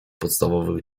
podstawowych